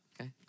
Okay